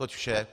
Toť vše.